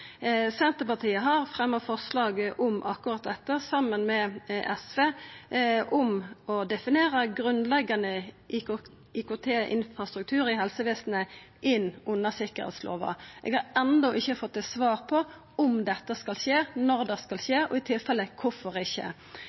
Senterpartiet har saman med SV fremja forslag om akkurat dette, om å definera grunnleggjande IKT-infrastruktur i helsevesenet inn under sikkerheitslova. Eg har enno ikkje fått svar på om dette skal skje, når det skal skje, og i tilfelle kvifor ikkje.